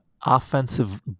offensive